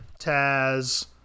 Taz